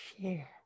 share